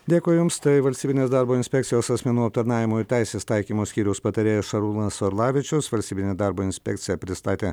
dėkui jums tai valstybinės darbo inspekcijos asmenų aptarnavimo ir teisės taikymo skyriaus patarėjas šarūnas orlavičius valstybinė darbo inspekcija pristatė